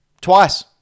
Twice